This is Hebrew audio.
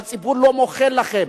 הציבור לא מוחל לכם,